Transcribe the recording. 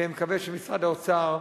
ומקווה שמשרד האוצר,